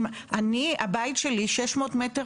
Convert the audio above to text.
אם אני, הבית שלי 600 מטר